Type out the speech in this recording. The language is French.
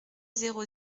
zéro